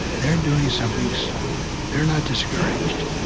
they're doing something so they're not discouraged.